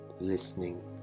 listening